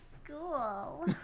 School